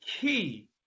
key